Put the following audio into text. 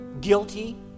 guilty